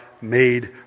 made